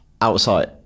Outside